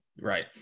Right